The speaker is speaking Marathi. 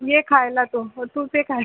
ये खायला तू हो तूच ये खायला